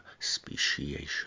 speciation